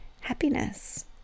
happiness